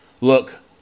Look